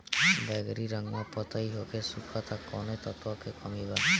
बैगरी रंगवा पतयी होके सुखता कौवने तत्व के कमी बा?